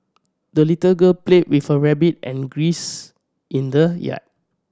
the little girl played with her rabbit and grins in the yard